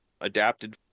adapted